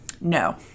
No